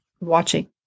watching